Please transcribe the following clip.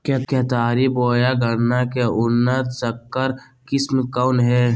केतारी बोया गन्ना के उन्नत संकर किस्म कौन है?